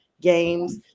games